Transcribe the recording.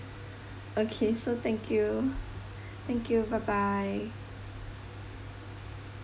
okay so thank you thank you bye bye